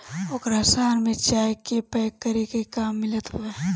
ओकरा शहर में चाय के पैक करे के काम मिलत बा